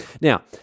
now